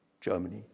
Germany